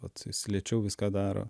vat jis lėčiau viską daro